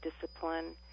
discipline